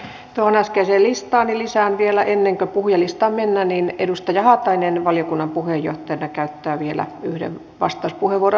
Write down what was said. tuohon äskeiseen listaani lisään vielä ennen kuin puhujalistaan mennään että myös edustaja haatainen valiokunnan puheenjohtajana käyttää yhden vastauspuheenvuoron